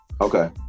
okay